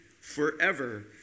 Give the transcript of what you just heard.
forever